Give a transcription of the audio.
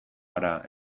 gara